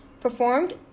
performed